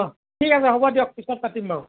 অঁ ঠিক আছে হ'ব দিয়ক পিছত পাতিম বাৰু